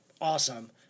awesome